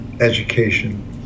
education